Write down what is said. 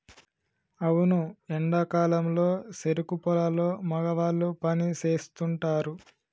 అవును ఎండా కాలంలో సెరుకు పొలాల్లో మగవాళ్ళు పని సేస్తుంటారు